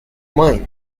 mãe